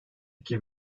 iki